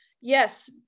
Yes